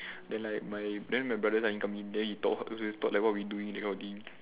then like my then my brother like come in then he thought halfway thought like what we doing that kind of thing